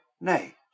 Nay